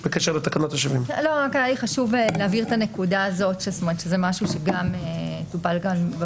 רק היה לי חשוב להעביר את הנקודה שזה משהו שטופל כאן,